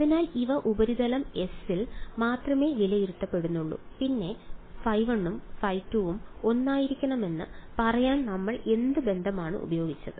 അതിനാൽ ഇവ ഉപരിതലം S ൽ മാത്രമേ വിലയിരുത്തപ്പെടുന്നുള്ളൂ പിന്നെ ϕ1 ഉം ϕ2 ഉം ഒന്നായിരിക്കണമെന്ന് പറയാൻ നമ്മൾ എന്ത് ബന്ധമാണ് ഉപയോഗിച്ചത്